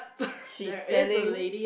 she's selling